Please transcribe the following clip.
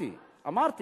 אמרתי.